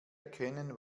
erkennen